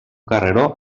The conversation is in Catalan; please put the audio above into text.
carreró